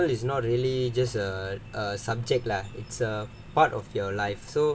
tamil is not really just err err subject lah it's a part of your life so